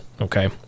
okay